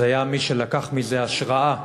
אז היה מי שלקח מזה השראה,